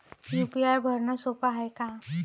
UPI भरनं सोप हाय का?